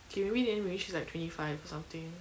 okay maybe then maybe she's like twenty five or something